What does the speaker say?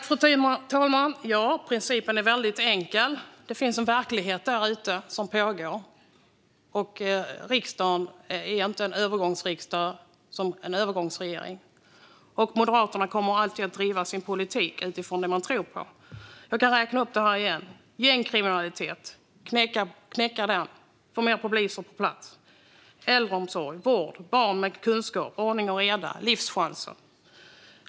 Fru talman! Principen är väldigt enkel: Där ute finns en verklighet som pågår. Riksdagen är inte en övergångsriksdag så som regeringen är en övergångsregering, och Moderaterna kommer alltid att driva sin politik utifrån det man tror på. Jag kan räkna upp det igen. Vi ska knäcka gängkriminaliteten och få fler poliser på plats. Vi satsar på äldreomsorg och vård och på barn med kunskap, ordning och reda och livschanser.